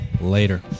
Later